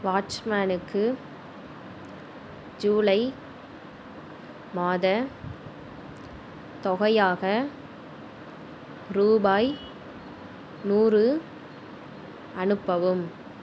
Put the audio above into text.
வாட்ச்மேனுக்கு July மாத தொகையாக ரூபாய் நூறு அனுப்பவும்